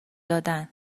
دادن